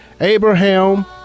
Abraham